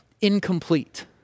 incomplete